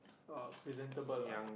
uh presentable ah